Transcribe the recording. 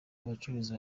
abacuruzi